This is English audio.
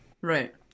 Right